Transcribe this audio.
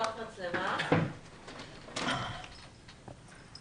אתה רוצה בינתיים לעבור למישהו אחר ואז נחזור אליה?